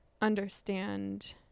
understand